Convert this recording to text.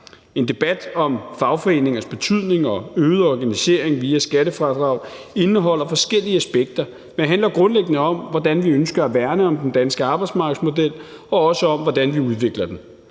En debat om fagforeningers betydning og øget organisering via skattefradrag indeholder forskellige aspekter, men handler grundlæggende om, hvordan vi ønsker at værne om den danske arbejdsmarkedsmodel, og også om, hvordan vi udvikler den.